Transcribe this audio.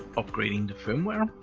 upgrading the firmware.